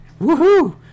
Woohoo